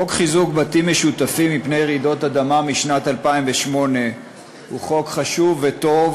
חוק חיזוק בתים משותפים מפני רעידות אדמה משנת 2008 הוא חוק חשוב וטוב,